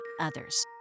others